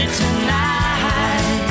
tonight